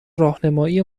راهنمایی